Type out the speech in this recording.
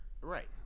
Right